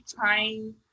trying